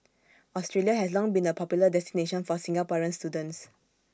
Australia has long been A popular destination for Singaporean students